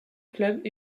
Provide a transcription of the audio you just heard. club